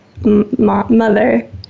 mother